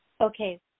Okay